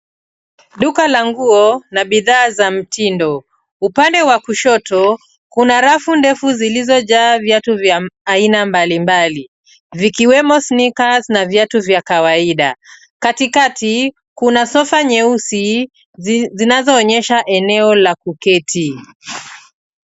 Duka la nguo na bidhaa za mtindo. Upande wa kushoto, kuna rafu ndefu zilizojaa viatu vya aina mbali mbali, vikiwemo sneakers na viatu vya kawaida. Katikati kuna sofa nyeusi, zinazoonyesha eneo la kuketi.